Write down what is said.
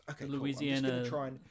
Louisiana